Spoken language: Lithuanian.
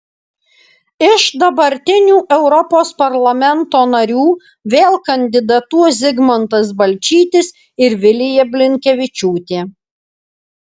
iš dabartinių europos parlamento narių vėl kandidatuos zigmantas balčytis ir vilija blinkevičiūtė